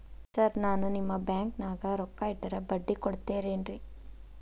Sir ನಾನು ನಿಮ್ಮ ಬ್ಯಾಂಕನಾಗ ರೊಕ್ಕ ಇಟ್ಟರ ಬಡ್ಡಿ ಕೊಡತೇರೇನ್ರಿ?